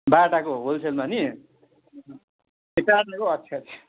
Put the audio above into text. बाटाको होलसेलमा नि अच्छा अच्छा